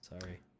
sorry